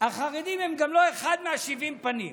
החרדים הם גם לא אחד מהשבעים פנים.